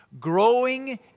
growing